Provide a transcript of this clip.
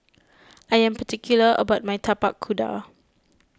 I am particular about my Tapak Kuda